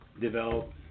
Develop